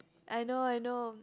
I know I know